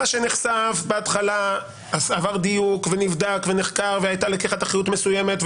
מה שנחשף בהתחלה עבר דיוק ונבדק ונחקר והייתה לקיחת אחריות מסוימת.